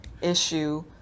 issue